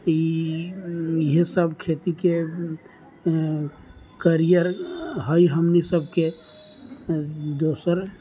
ई इएहसब खेतीके करियर हइ हमनी सबके दोसर